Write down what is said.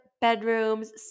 bedrooms